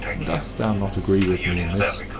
dost thou not agree with me in this?